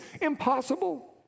impossible